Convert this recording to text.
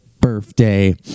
birthday